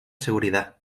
seguridad